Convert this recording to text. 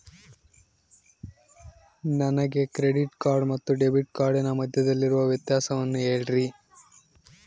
ನನಗೆ credit card ಮತ್ತು debit ಕಾರ್ಡಿನ ಮಧ್ಯದಲ್ಲಿರುವ ವ್ಯತ್ಯಾಸವನ್ನು ಹೇಳ್ರಿ?